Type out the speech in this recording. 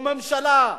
או ממשלה,